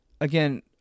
again